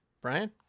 Brian